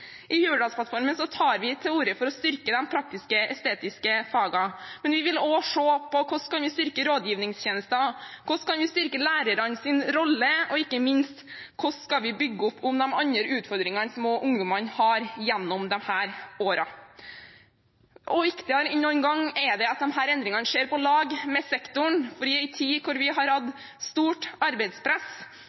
I Hurdalsplattformen tar vi til orde for å styrke de praktisk-estetiske fagene, men vi vil også se på hvordan vi kan styrke rådgivningstjenesten, hvordan vi kan styrke lærernes rolle, og ikke minst hvordan vi skal bygge opp om de andre utfordringene som ungdommene også har gjennom disse årene. Og viktigere enn noen gang er det at disse endringene skjer på lag med sektoren, for i en tid hvor vi har hatt stort arbeidspress,